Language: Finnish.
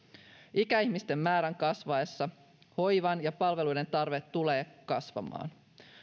ikäihmisten määrän kasvaessa hoivan ja palveluiden tarve tulee kasvamaan